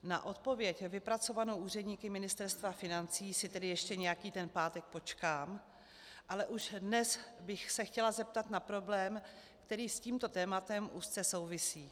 Na odpověď vypracovanou úředníky Ministerstva financí si tedy ještě nějaký ten pátek počkám, ale už dnes bych se chtěla zeptat na problém, který s tímto tématem úzce souvisí.